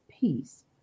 peace